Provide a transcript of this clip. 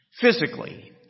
Physically